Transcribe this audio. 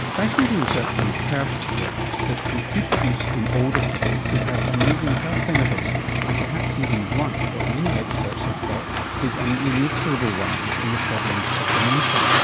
fascinating research from perth suggests that computer use in older people could have amazing health benefits and perhaps even blunt what many experts have thought is an inexorable rise in the prevalence of dementia.